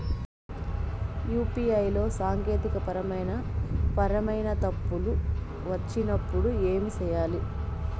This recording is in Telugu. యు.పి.ఐ లో సాంకేతికపరమైన పరమైన తప్పులు వచ్చినప్పుడు ఏమి సేయాలి